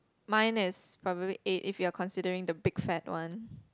mine is probably eight if you are considering the big fat one